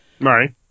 Right